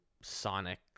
sonic